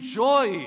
joy